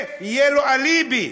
ויהיה לו אליבי: